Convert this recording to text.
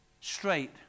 straight